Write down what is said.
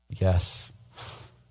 Yes